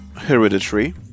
hereditary